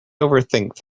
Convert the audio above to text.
overthink